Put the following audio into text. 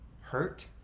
hurt